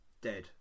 dead